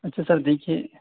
اچھا سر دیکھیے